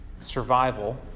Survival